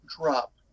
drop